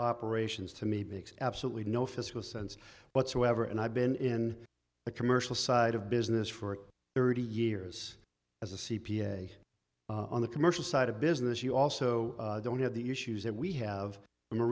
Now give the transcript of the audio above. operations to me because absolutely no fiscal sense whatsoever and i've been in the commercial side of business for thirty years as a c p a on the commercial side of business you also don't have the issues that we have a